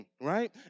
Right